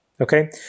Okay